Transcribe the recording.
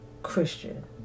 Christian